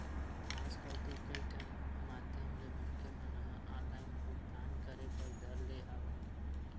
आजकल तो कई ठन माधियम ले मनखे मन ह ऑनलाइन भुगतान करे बर धर ले हवय